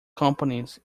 companies